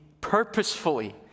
purposefully